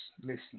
Listen